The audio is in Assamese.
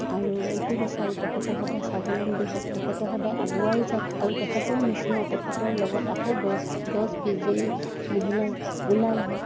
আৰু এইটো বিচাৰোঁ তেখেতে সদায় স্বাৱলম্বী হওক তেখেতে সদায় আগুৱাই যওক আৰু তেখেতৰো নিচিনা তেখেতৰ লগত আকৌ দহ দহ বিছজনী মহিলাই ওলাই আহক